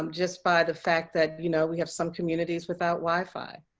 um just by the fact that, you know, we have some communities without wi-fi.